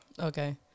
Okay